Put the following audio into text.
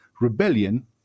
rebellion